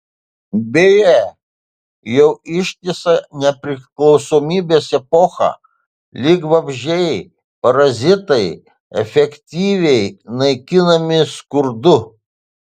beje jau ištisą nepriklausomybės epochą lyg vabzdžiai parazitai efektyviai naikinami skurdu